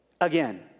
again